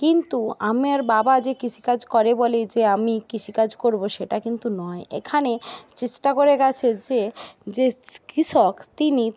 কিন্তু আমার বাবা যে কৃষিকাজ করে বলেই যে আমি কৃষিকাজ করবো সেটা কিন্তু নয় এখানে চেষ্টা করে গেছে যে যে কৃষক তিনি